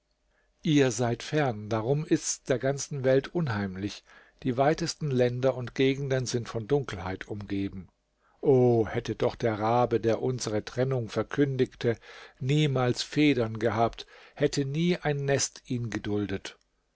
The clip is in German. ihr seid fern darum ist's der ganzen welt unheimlich die weitesten länder und gegenden sind von dunkelheit umgeben o hätte doch der rabe der unsere trennung verkündigte niemals federn gehabt hätte nie ein nest ihn geduldet